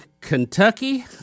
Kentucky